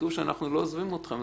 שתדעו שאנחנו לא עוזבים אתכם.